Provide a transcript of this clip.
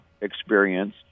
experience